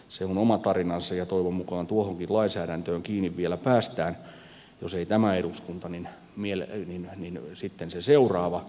se on oma tarinansa ja toivon mukaan tuohonkin lainsäädäntöön kiinni vielä päästään jos ei tämä eduskunta pääse niin sitten se seuraava